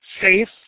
safe